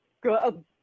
good